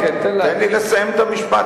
תן לי לסיים את המשפט.